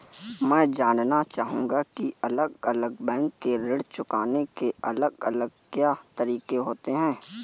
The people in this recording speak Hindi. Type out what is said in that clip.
मैं जानना चाहूंगा की अलग अलग बैंक के ऋण चुकाने के अलग अलग क्या तरीके होते हैं?